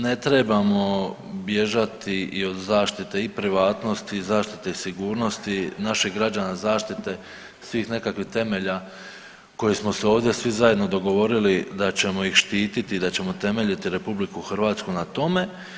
Ne trebamo bježati i od zaštite i privatnosti i zaštite sigurnosti naših građana, zaštite svih nekakvih temelja kojih smo se ovdje svi zajedno dogovorili da ćemo ih štiti i da ćemo temeljiti RH na tome.